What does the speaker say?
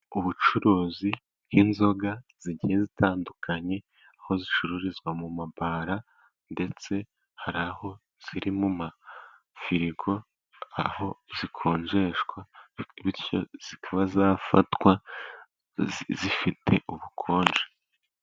Ubucuruzi bw'inzoga zigiye zitandukanye aho zicururizwa mu mabara, ndetse hari aho ziri mu mafirigo aho zikonjeshwa, bityo zikaba zafatwa zifite ubukonje.